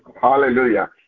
Hallelujah